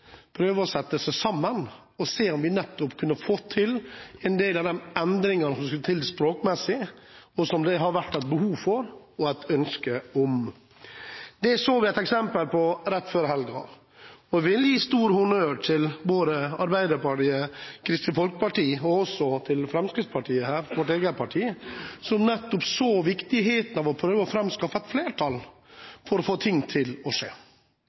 prøve å sette seg sammen for å se om vi nettopp kunne få til en del av de endringene som skulle til språkmessig, og som det har vært et behov for og et ønske om. Det så vi et eksempel på rett før helgen. Jeg vil gi stor honnør til både Arbeiderpartiet, Kristelig Folkeparti og også Fremskrittspartiet, mitt eget parti, som nettopp så viktigheten av å prøve å framskaffe et flertall for å få ting til å skje.